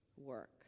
work